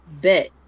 bet